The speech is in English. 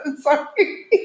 Sorry